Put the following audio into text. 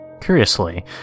Curiously